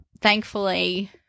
thankfully